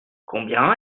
combien